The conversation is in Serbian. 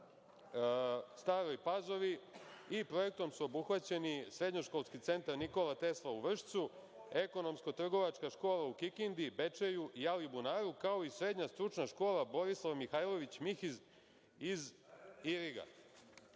Staroj Pazovi i projektom su obuhvaćeni srednjoškolski centar „Nikola Tesla“ u Vršcu, ekonomsko-trgovačka škola u Kikindi, Bečeju i Alibunaru, kao i srednja stručna škola „Borislav Mihajlović Mihiz“ iz Iriga. Sada